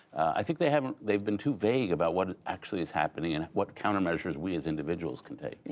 i think they haven't they have been too vague about what actually is happening and what countermeasures we, as individuals, can take. yeah